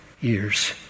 years